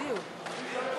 מענקי בינוי ושיכון,